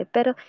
Pero